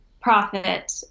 profit